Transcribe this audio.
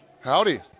Howdy